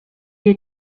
est